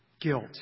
guilt